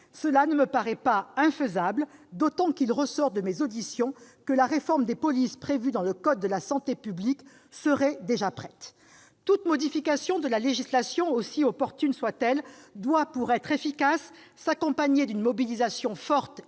Cela ne me paraît pas infaisable, d'autant qu'il ressort de mes auditions que la réforme des polices prévues dans le code de la santé publique serait déjà prête. Toute modification de la législation, aussi opportune soit-elle, doit, pour être efficace, s'accompagner d'une mobilisation forte